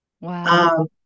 Wow